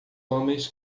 homens